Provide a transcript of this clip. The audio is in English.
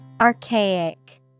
Archaic